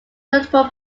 notable